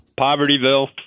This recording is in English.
Povertyville